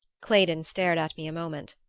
claydon stared at me a moment.